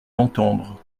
l’entendre